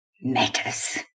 matters